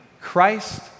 Christ